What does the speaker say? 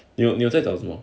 你你有在找什么